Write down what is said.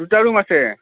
দুটা ৰূম আছে